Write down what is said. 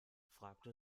fragte